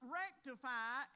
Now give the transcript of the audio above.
rectify